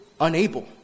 unable